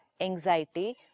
anxiety